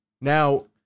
Now